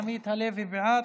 חבר הכנסת עמית הלוי בעד,